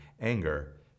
anger